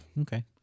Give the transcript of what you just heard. Okay